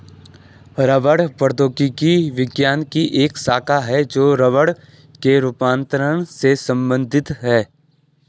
रबड़ प्रौद्योगिकी विज्ञान की एक शाखा है जो रबड़ के रूपांतरण से संबंधित है